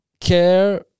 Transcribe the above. Care